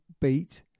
beat